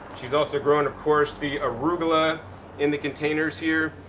she's also growing of course the arugula in the containers here.